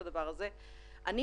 אדוני היושב-ראש,